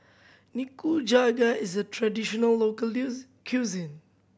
nikujaga is a traditional local cuisine